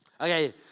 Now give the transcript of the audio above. Okay